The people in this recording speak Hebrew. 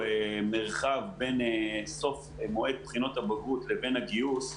מרחב בין סוף מועד בחינות הבגרות לבין הגיוס,